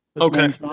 Okay